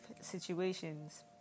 situations